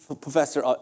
professor